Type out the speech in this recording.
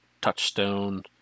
Touchstone